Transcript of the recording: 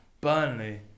Burnley